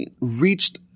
reached